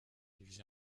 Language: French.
divisé